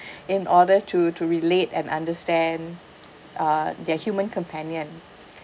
in order to to relate and understand uh their human companion